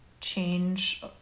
change